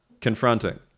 confronting